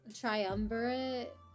Triumvirate